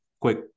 quick